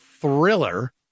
thriller